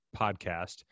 Podcast